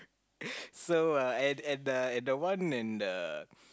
so uh and and the and the one and the